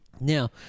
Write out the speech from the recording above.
Now